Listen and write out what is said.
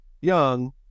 young